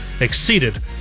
exceeded